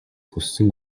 хүссэн